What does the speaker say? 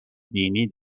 بینی